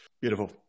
Beautiful